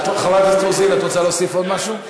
חברת הכנסת רוזין, את רוצה להוסיף עוד משהו?